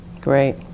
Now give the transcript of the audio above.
great